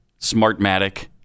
Smartmatic